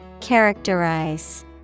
Characterize